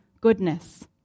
goodness